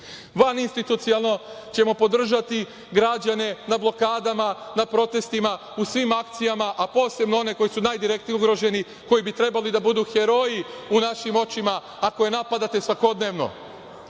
Vaninstitucionalno ćemo podržati građane na blokadama, na protestima, u svim akcijama, a posebno one koji su najdirektnije ugroženi, koji bi trebalo da budu heroji u našim očima, a koje napadate svakodnevno.